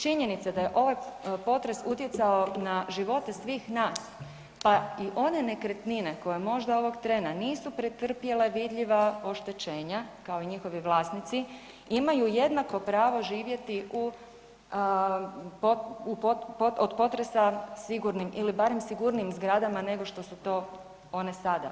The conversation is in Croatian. Činjenica da je ovaj potres utjecao na živote svih nas, pa i one nekretnine koje možda ovog trena nisu pretrpjele vidljiva oštećenja, kao i njihovi vlasnici, imaju jednako pravo živjeti u, od potresa sigurnim ili barem sigurnijim zgradama nego što su to one sada.